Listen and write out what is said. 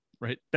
right